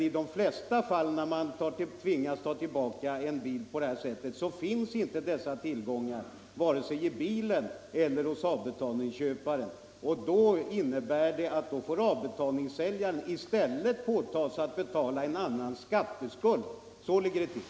I de flesta fall då man tvingas ta tillbaka en bil på detta sätt finns emellertid inga tillgångar vare sig i bilen eller hos avbetalningsköparen. Då får avbetalningssäljaren åta sig att betala en annans skatteskuld. Så ligger det till.